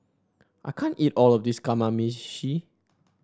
I can't eat all of this Kamameshi